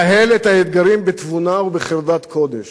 נהל את האתגרים בתבונה ובחרדת קודש.